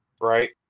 right